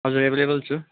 हजुर एभाइलेबल छु